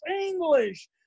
English